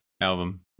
album